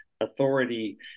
authority